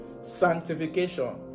sanctification